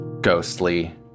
ghostly